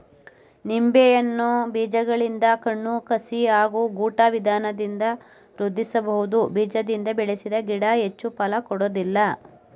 ನಿಂಬೆಯನ್ನು ಬೀಜಗಳಿಂದ ಕಣ್ಣು ಕಸಿ ಹಾಗೂ ಗೂಟ ವಿಧಾನದಿಂದ ವೃದ್ಧಿಸಬಹುದು ಬೀಜದಿಂದ ಬೆಳೆಸಿದ ಗಿಡ ಹೆಚ್ಚು ಫಲ ಕೊಡೋದಿಲ್ಲ